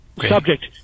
subject